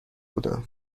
بودم